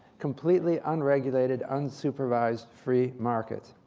completely unregulated, unsupervised free markets.